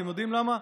אתם יודעים למה?